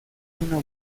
una